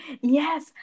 yes